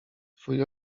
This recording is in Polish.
twój